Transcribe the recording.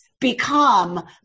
become